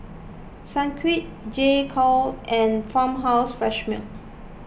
Sunquick J Co and Farmhouse Fresh Milk